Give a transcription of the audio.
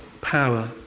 power